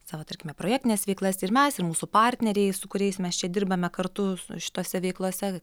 savo tarkime projektines veiklas ir mes ir mūsų partneriai su kuriais mes čia dirbame kartu su šitose veiklose